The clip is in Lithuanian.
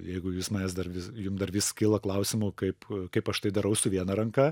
jeigu jūs manęs dar vis jum dar vis kyla klausimų kaip kaip aš tai darau su viena ranka